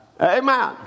Amen